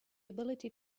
ability